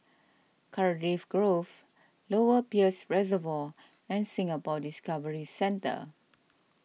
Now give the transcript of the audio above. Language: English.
Cardiff Grove Lower Peirce Reservoir and Singapore Discovery Centre